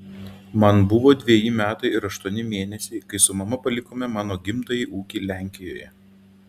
man buvo dveji metai ir aštuoni mėnesiai kai su mama palikome mano gimtąjį ūkį lenkijoje